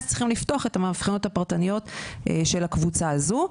אז צריכים לפתוח את המבחנות הפרטניות של הקבוצה הזו.